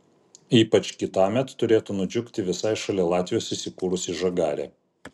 ypač kitąmet turėtų nudžiugti visai šalia latvijos įsikūrusi žagarė